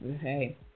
Hey